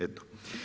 Eto.